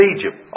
Egypt